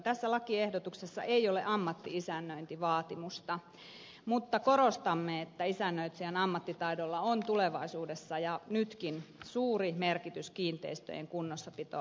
tässä lakiehdotuksessa ei ole ammatti isännöintivaatimusta mutta korostamme että isännöitsijän ammattitaidolla on tulevaisuudessa ja nytkin suuri merkitys kiinteistöjen kunnossapitolaille